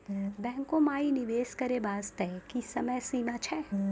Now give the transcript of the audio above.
बैंको माई निवेश करे बास्ते की समय सीमा छै?